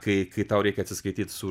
kai kai tau reikia atsiskaityt su